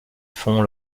font